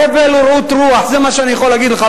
הבל ורעות רוח, זה מה שאני יכול להגיד לך.